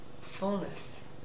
fullness